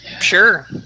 Sure